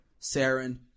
Saren